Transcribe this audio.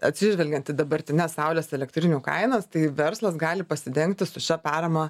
atsižvelgiant į dabartines saulės elektrinių kainas tai verslas gali pasidengti su šia parama